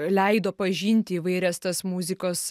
leido pažinti įvairias tas muzikos